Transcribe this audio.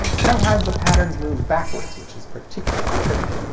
sometimes the patterns move backwards which is particularly trippy.